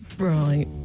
Right